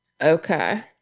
Okay